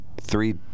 three